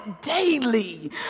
daily